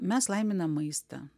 mes laiminam maistą